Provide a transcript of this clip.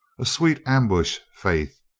a sweet ambush, faith.